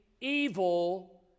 evil